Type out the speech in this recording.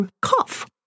cough